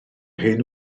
hen